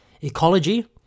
Ecology